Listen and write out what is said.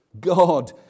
God